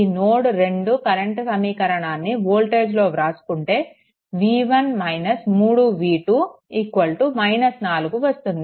ఈ node current సమీకరణాన్ని voltage లో వ్రాసుకుంటే v1 3v2 4 వస్తుంది